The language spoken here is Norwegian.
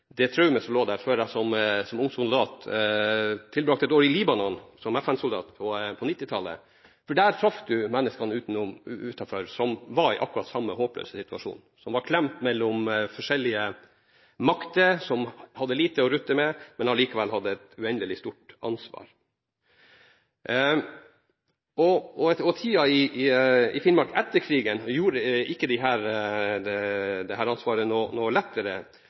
det traumet som lå der, før jeg som ung soldat tilbragte ett år i Libanon, som FN-soldat på 1990-tallet. Der traff man mennesker som var i akkurat den samme, håpløse situasjonen, som var klemt mellom forskjellige makter, og som hadde lite å rutte med, men som likevel hadde et uendelig stort ansvar. Tida i Finnmark etter krigen gjorde ikke dette ansvaret noe lettere å bære. Jeg hadde besteforeldre som var fantastiske fortellere, og det